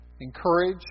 encourage